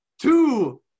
two